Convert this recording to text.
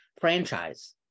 franchise